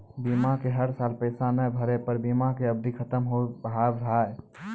बीमा के हर साल पैसा ना भरे पर बीमा के अवधि खत्म हो हाव हाय?